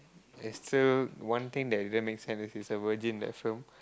is still one thing that didn't make sense is she is a virgin in that film